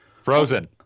Frozen